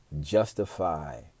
justify